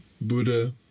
Buddha